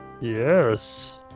yes